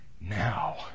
now